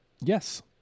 Yes